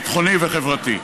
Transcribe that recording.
הביטחוני והחברתי.